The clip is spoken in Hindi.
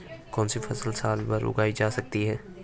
कौनसी फसल साल भर उगाई जा सकती है?